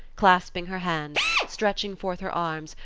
clasping her hands, stretching forth her arms,